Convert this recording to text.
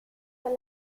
con